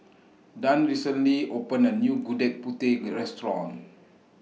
Dona recently opened A New Gudeg Putih Restaurant